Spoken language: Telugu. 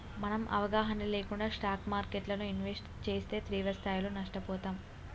మనం అవగాహన లేకుండా స్టాక్ మార్కెట్టులో ఇన్వెస్ట్ చేస్తే తీవ్రస్థాయిలో నష్టపోతాం